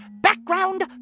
Background